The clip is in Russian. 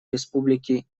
республики